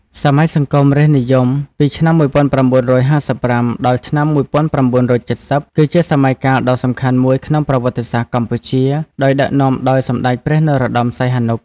សម័យសង្គមរាស្ត្រនិយម ពីឆ្នាំ១៩៥៥ ដល់ឆ្នាំ១៩៧០ គឺជាសម័យកាលដ៏សំខាន់មួយក្នុងប្រវត្តិសាស្ត្រកម្ពុជា ដែលដឹកនាំដោយសម្ដេចព្រះនរោត្ដម សីហនុ។